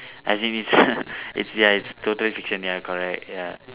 as if is it's ya it's totally fiction ya correct ya